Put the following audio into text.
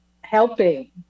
helping